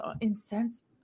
incense